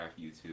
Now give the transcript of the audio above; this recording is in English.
YouTube